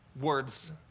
words